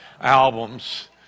albums